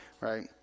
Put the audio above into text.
right